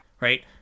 Right